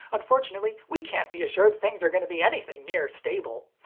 unfortunately we can't be assured things are gonna be anything near stable.